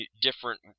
different